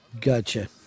Gotcha